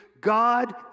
God